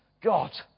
God